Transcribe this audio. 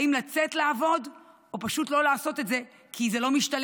אם לצאת לעבוד או פשוט לא לעשות את זה כי זה לא משתלם,